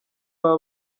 aba